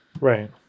Right